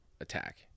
attack